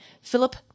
Philip